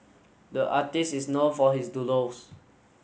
the artist is known for his doodles